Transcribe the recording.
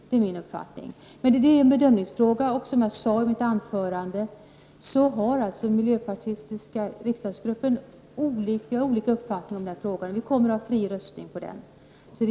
Det är min uppfattning, men det är en bedömningsfråga. Ledamöterna i den miljöpartistiska riksdagsgruppen har olika uppfattning och de kommer att rösta fritt.